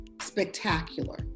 spectacular